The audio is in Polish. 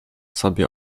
sobie